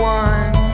one